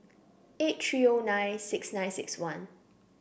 eight three O nine six nine six one